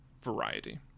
variety